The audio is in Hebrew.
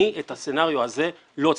אני, את הסנריו הזה, לא צפיתי.